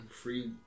free